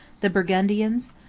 the burgundians,